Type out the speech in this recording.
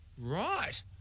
Right